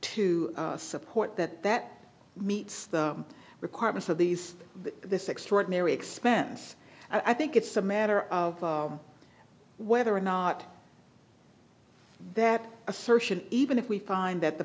to support that that meets the requirements of these this extraordinary expense i think it's a matter of whether or not that assertion even if we find that the